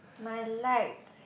my liked